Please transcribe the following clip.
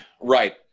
Right